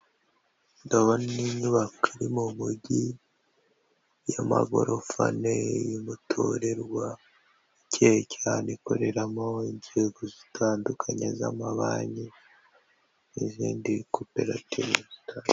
Ndabona inyubako iri mu mujyi y'amagorofa ane y'umuturirwa, ikeye cyane ikoreramo inzego zitandukanye z'amabanki n'izindi koperative zitandukanye.